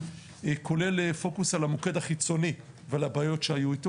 והוא כולל פוקוס על המוקד החיצוני ועל הבעיות שהיו איתו.